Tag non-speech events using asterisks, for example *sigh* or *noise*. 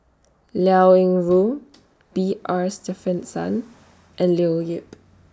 Liao Yingru *noise* B R Sreenivasan and Leo Yip